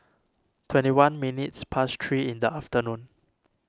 twenty one minutes past three in the afternoon